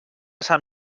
sant